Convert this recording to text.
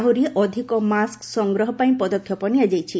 ଆହୁରି ଅଧିକ ମାସ୍କ ସଂଗ୍ରହପାଇଁ ପଦକ୍ଷେପ ନିଆଯାଇଛି